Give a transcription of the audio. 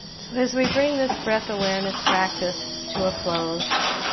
so as we bring this breath awareness practice to a close